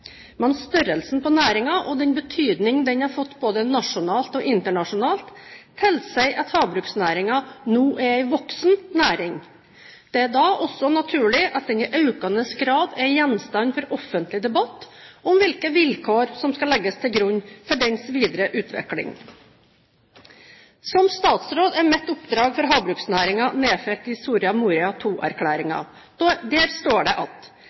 men størrelsen på næringen og den betydning den har fått både nasjonalt og internasjonalt, tilsier at havbruksnæringen nå er en voksen næring. Det er da også naturlig at den i økende grad er gjenstand for offentlig debatt om hvilke vilkår som skal legges til grunn for dens videre utvikling. Som statsråd er mitt oppdrag for havbruksnæringen nedfelt i Soria Moria II-erklæringen. Der står det: